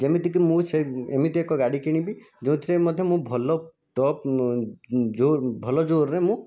ଯେମିତିକି ମୁଁ ସେ ଏମିତି ଏକ ଗାଡ଼ି କିଣିବି ଯେଉଁଥିରେ ମଧ୍ୟ ମୁଁ ଭଲ ଟପ୍ ଜୋର ଭଲ ଜୋର୍ରେ ମୁଁ